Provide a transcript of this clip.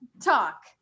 talk